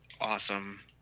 awesome